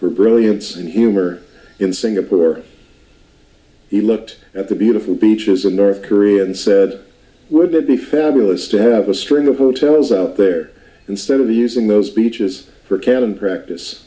for brilliance and humor in singapore he looked at the beautiful beaches of north korea and said would it be fabulous to have a string of hotels out there instead of using those beaches for cannon practice